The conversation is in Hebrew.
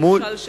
למשל,